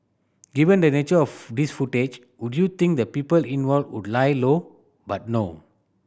given the nature of this footage would you think the people involved would lie low but no